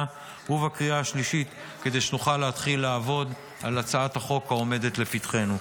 ובקריאה השלישית כדי שנוכל להתחיל לעבוד על הצעת החוק העומדת לפתחנו.